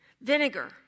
vinegar